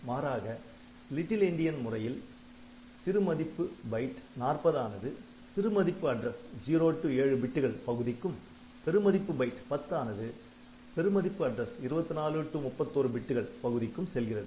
மாறாக little endian முறையில் சிறு மதிப்பு பைட் 40 ஆனது சிறு மதிப்பு அட்ரஸ் 0 7 பிட்டுகள் பகுதிக்கும் பெருமதிப்பு பைட் 10 ஆனது பெருமதிப்பு அட்ரஸ் 24 31 பிட்டுகள் பகுதிக்கும் செல்கிறது